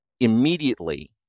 immediately